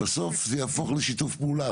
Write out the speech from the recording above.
בסוף זה יהפוך לשיתוף פעולה.